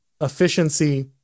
efficiency